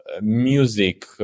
music